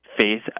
faith